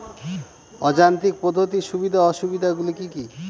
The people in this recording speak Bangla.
অযান্ত্রিক পদ্ধতির সুবিধা ও অসুবিধা গুলি কি কি?